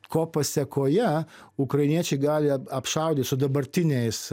ko pasekoje ukrainiečiai gali ap apšaudyt su dabartiniais